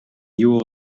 nieuwe